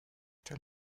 tel